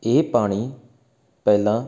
ਇਹ ਪਾਣੀ ਪਹਿਲਾਂ